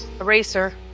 eraser